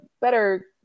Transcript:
better